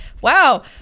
wow